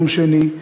יום שני,